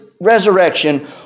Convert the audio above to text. resurrection